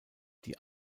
die